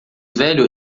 velho